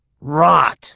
Rot